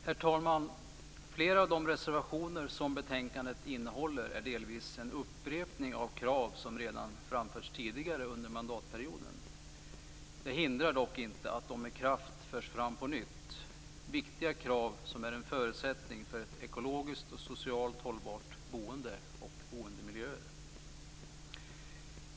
Herr talman! Flera av de reservationer som fogats till betänkandet är delvis en upprepning av krav som framförts redan tidigare under mandatperioden. Det hindrar dock inte att de med kraft förs fram på nytt. Det är viktiga krav, som är en förutsättning för ett ekologiskt och socialt hållbart boende och bra boendemiljöer.